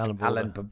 Alan